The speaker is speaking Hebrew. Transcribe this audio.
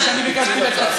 אני מבקש.